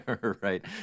right